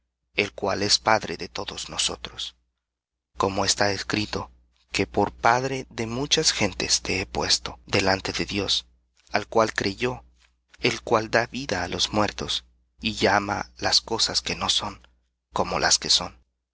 el cual es padre de todos nosotros delante de dios al cual creyó el cual da vida á los muertos y llama las cosas que no son como las que son